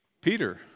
Peter